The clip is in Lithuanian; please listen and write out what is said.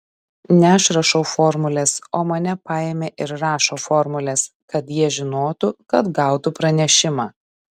ne aš rašau formules o mane paėmė ir rašo formules kad jie žinotų kad gautų pranešimą